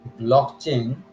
Blockchain